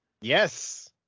Yes